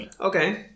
Okay